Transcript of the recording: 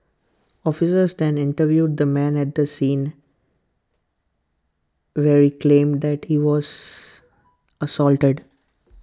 officers then interviewed the man at the scene where he claimed that he was assaulted